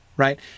Right